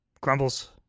crumbles